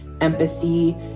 empathy